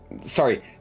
sorry